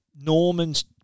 Norman's